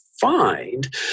find